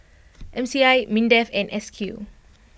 M C I Mindef and S Q